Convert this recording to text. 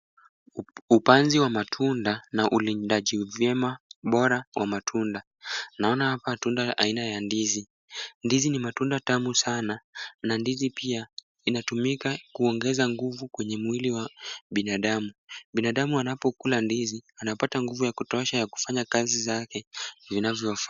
Upanzi wa matunda na ulindaji vyema, bora wa matunda. Naona hapa tunda aina ya ndizi. Ndizi ni matunda tamu sana, na ndizi pia inatumika kuongeza nguvu kwenye mwili wa binadamu. Binadamu anapokula ndizi, anapata nguvu ya kutosha ya kufanya kazi zake inavyofaa.